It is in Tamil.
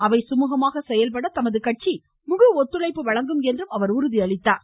அவை சுமூகமாக செயல்பட தமது கட்சி முழு ஒத்துழைப்பு வழங்கும் என்றும் அவர் உறுதியளித்தார்